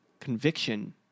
conviction